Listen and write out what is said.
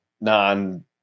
non